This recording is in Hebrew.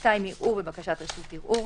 (2) ערעור ובקשת רשות ערעור,